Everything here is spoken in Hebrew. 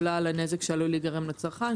עולה על הנזק שעלול להיגרם לצרכן,